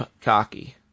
cocky